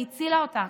היא הצילה אותה.